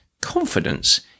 Confidence